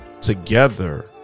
Together